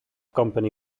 company